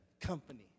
company